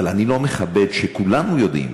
אבל אני לא מכבד מה שכולנו יודעים,